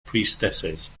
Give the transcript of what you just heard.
priestesses